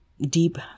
deep